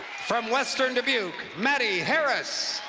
from western dubuque, maddie harris.